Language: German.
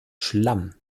schlamm